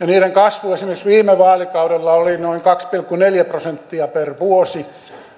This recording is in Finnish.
ja niiden kasvu esimerkiksi viime vaalikaudella oli noin kaksi pilkku neljä prosenttia per vuosi